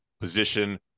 position